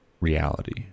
reality